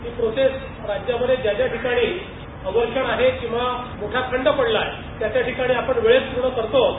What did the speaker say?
ती प्रोसेस राज्यामध्ये ज्या ज्याठिकाणी आवश्यक आहे किंवा मोठा खंड पडला आहे त्या त्याठिकाणी आपण वेळेत पूर्ण करत आहोत